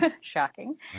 shocking